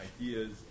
ideas